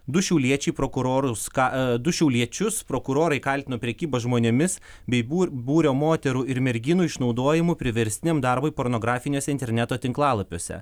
du šiauliečiai prokurorus ką du šiauliečius prokurorai kaltino prekyba žmonėmis bei bū būrio moterų ir merginų išnaudojimu priverstiniam darbui pornografiniuose interneto tinklalapiuose